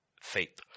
faith